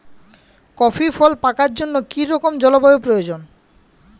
Coffee ফল পাকার জন্য কী রকম জলবায়ু প্রয়োজন?